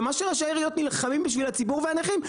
במה שראשי העיריות נלחמים בשביל הציבור והנכים.